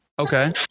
Okay